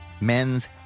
Men's